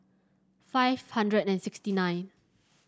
five hundred and sixty nine